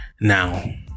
Now